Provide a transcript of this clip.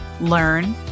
learn